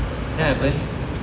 did that happen